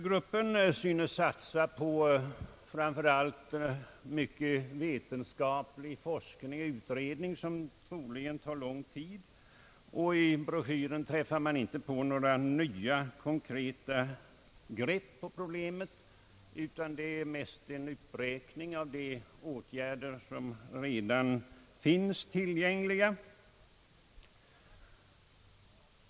Gruppen synes satsa på framför allt vetenskaplig forskning och utredningar som troligen tar lång tid. I broschyren påträffas inga nya konkreta grepp på problemen utan mest en uppräkning av möjligheter som redan finns tillgängliga.